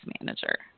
manager